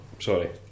Sorry